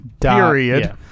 period